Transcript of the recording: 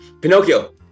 Pinocchio